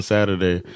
Saturday